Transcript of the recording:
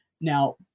Now